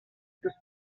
sus